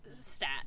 stat